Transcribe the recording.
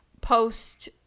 post